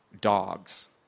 dogs